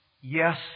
Yes